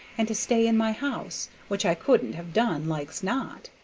and to stay in my house, which i couldn't have done, like's not.